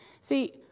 See